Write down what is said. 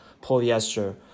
polyester